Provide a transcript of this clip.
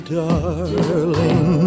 darling